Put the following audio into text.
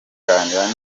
kuganira